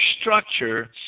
structure